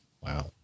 Wow